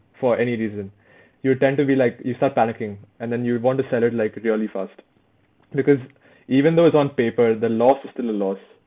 for any reason you'll tend to be like you start panicking and then you would want to sell it like really fast because even though it's on paper the loss is still a loss